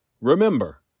Remember